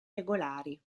regolari